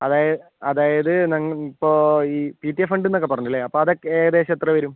അതായ അതായത് ഇപ്പോൾ ഈ പി ടി എ ഫണ്ട് എന്നൊക്കെ പറഞ്ഞിട്ടില്ലേ അതൊക്കെ ഏകദേശം എത്ര വരും